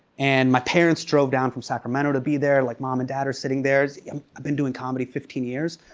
and my parents drove down from sacramento to be there. like, mom and dad are sitting there i've been doing comedy fifteen years.